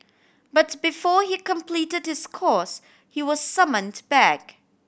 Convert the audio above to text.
but before he completed his course he was summoned back